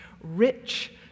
rich